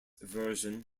version